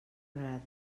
agradi